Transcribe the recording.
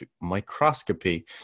microscopy